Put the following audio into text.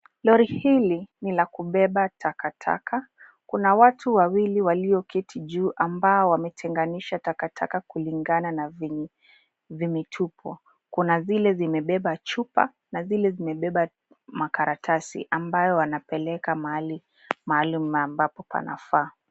Lori hili ni la kubeba takataka. Kuna watu wawili walioketi juu ambao wametenganisha takataka kulingana na vimitupo; kuna zile zimebeba chupa na zile zimebeba makaratasi ambao. Wanapeleka mahali maalum panafaa.